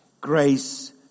Grace